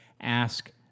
ask